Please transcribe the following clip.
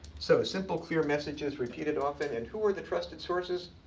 so a simple, clear message that's repeated often. and who are the trusted sources?